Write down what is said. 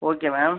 okay ma'am